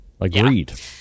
Agreed